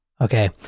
Okay